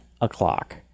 o'clock